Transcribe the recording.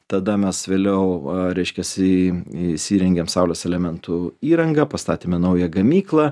tada mes vėliau reiškiasi įsirengėm saulės elementų įrangą pastatėme naują gamyklą